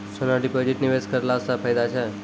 सोना deposit निवेश करला से फैदा छै?